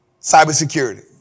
cybersecurity